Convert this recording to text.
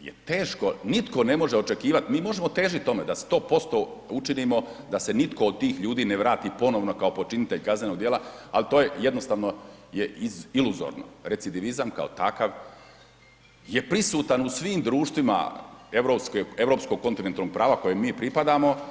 je teško, nitko ne može očekivat, mi možemo težiti tome da 100% učinimo da se nitko od tih ljudi ne vrati ponovno kao počinitelj kaznenog djela, ali to je jednostavno iluzorno, recidivizam kao takav je prisutan u svim društvima europskog kontinentalnog prava kojem mi pripadamo.